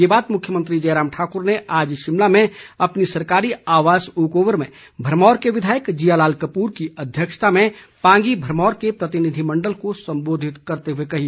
ये बात मुख्यमंत्री जयराम ठाकुर ने आज शिमला में अपने सरकारी आवास ओक ओवर में भरमौर के विधायक जियालाल कपूर की अध्यक्षता में पांगी भरमौर के प्रतिनिधिमंडल को संबोधित करते हुए कही